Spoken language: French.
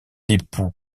époux